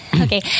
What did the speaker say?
Okay